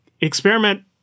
experiment